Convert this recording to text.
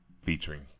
Featuring